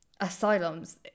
asylums